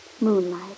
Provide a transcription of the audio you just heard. Moonlight